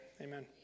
amen